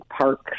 park